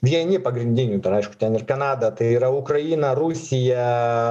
vieni pagrindinių dar aišku ten ir kanada tai yra ukraina rusija